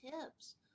tips